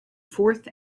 fourth